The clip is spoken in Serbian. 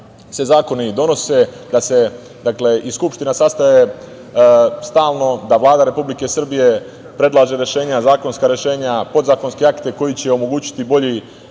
da se zakoni donose, da se i Skupština sastaje stalno, da Vlada Republike Srbije predlaže zakonska rešenja, podzakonske akte koji će omogućiti bolji